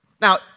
Now